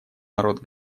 народ